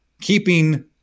keeping